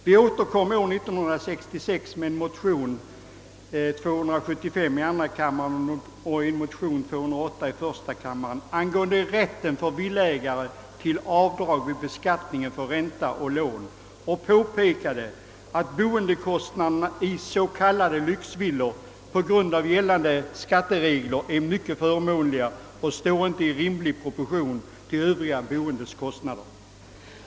Vi återkom 1966 med en motion, II: 275 och I:208, angående rätt för villaägare till avdrag vid beskattning för ränta å lån och påpekade att boendekostnaderna för s.k. lyxvillor på grund av gällande skatteregler är mycket förmånliga och inte står i rimlig proportion till övriga boendes kostnader.